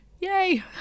Yay